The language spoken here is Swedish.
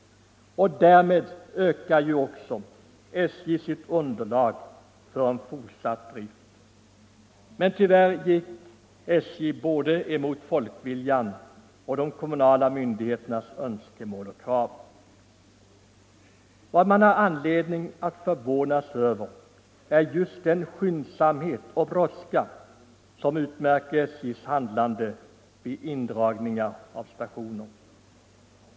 Då skulle ju också SJ:s underlag för en fortsatt drift öka. Men tyvärr har SJ gått emot folkviljan och de kommunala myndigheternas önskemål och krav. Vad man har anledning att förvåna sig över är den skyndsamhet och brådska som utmärker SJ:s handlande vid indragning av stationer.